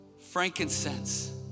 Frankincense